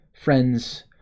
Friends